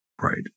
right